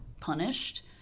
punished